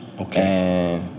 Okay